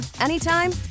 anytime